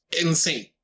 insane